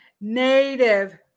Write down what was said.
Native